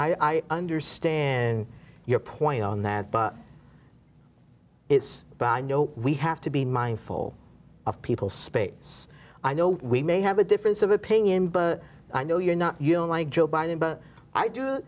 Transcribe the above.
i understand your point on that is but i know we have to be mindful of people speights i know we may have a difference of opinion but i know you're not you don't like joe biden but i do